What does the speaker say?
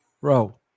Bro